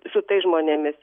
su tais žmonėmis